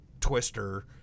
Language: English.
twister